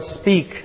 speak